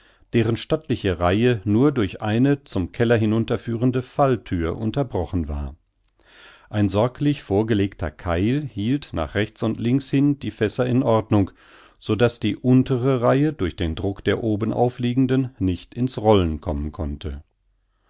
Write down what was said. deren stattliche reihe nur durch eine zum keller hinunterführende fallthür unterbrochen war ein sorglich vorgelegter keil hielt nach rechts und links hin die fässer in ordnung so daß die untere reihe durch den druck der obenaufliegenden nicht ins rollen kommen konnte